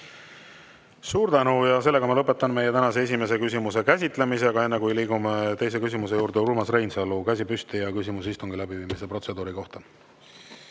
Suur tänu! Lõpetan meie tänase esimese küsimuse käsitlemise, aga enne kui me liigume teise küsimuse juurde, on Urmas Reinsalul käsi püsti, küsimus istungi läbiviimise protseduuri kohta.